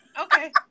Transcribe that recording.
Okay